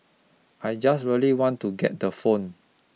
I just really want to get the phone